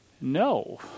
no